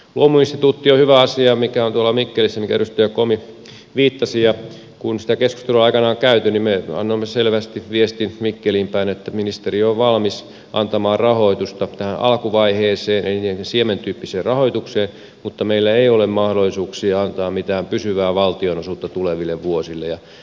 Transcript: luomuinstituutti on hyvä asia mikä on tuolla mikkelissä mihinkä edustaja komi viittasi ja kun sitä keskustelua aikanaan on käyty niin me annoimme selvästi viestin mikkeliin päin että ministeriö on valmis antamaan rahoitusta tähän alkuvaiheeseen siementyyppiseen rahoitukseen mutta meillä ei ole mahdollisuuksia antaa mitään pysyvää valtionosuutta tuleville vuosille